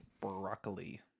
Broccoli